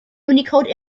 unicode